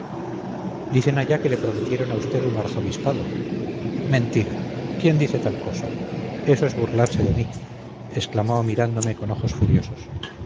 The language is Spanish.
dicen allá que le prometieron a usted un arzobispado mentira quién dice tal cosa eso es burlarse de mí exclamó mirándome con ojos furiosos